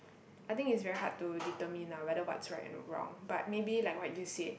I think it's very hard to determine ah whether what's right or wrong but maybe like what you said